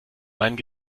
meinen